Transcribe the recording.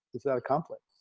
is that a conflict?